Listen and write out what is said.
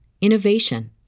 innovation